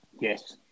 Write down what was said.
Yes